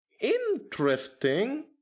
interesting